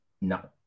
no